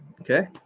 okay